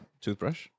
toothbrush